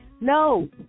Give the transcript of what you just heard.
no